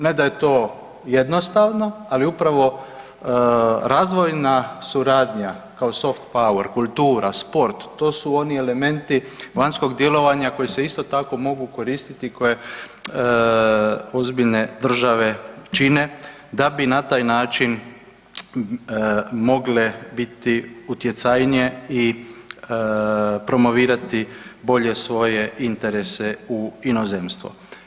Ne da je to jednostavno, ali upravo razvojna suradnja kao soft power, kultura, sport to su oni elementi vanjskog djelovanja koji se isto tako mogu koristiti koje ozbiljne države čine da bi na taj način mogle biti utjecajnije i promovirati bolje svoje interese u inozemstvo.